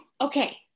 Okay